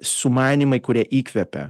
sumanymai kurie įkvepia